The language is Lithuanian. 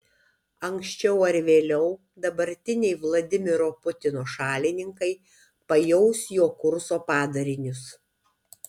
anksčiau ar vėliau dabartiniai vladimiro putino šalininkai pajaus jo kurso padarinius